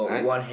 right